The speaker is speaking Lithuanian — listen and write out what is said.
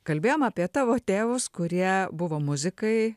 kalbėjom apie tavo tėvus kurie buvo muzikai